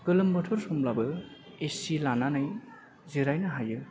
गोलोम बोथोर समब्लाबो ए चि लानानै जिरायनो हायो